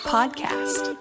Podcast